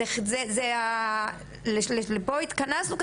זו הסיבה לשמה התכנסנו,